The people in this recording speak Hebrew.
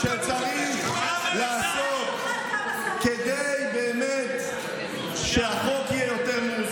היה צריך לעשות לך הערכת מסוכנות,